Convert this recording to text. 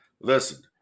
Listen